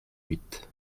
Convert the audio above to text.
huit